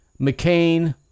McCain